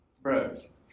Bros